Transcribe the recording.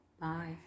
Bye